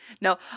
No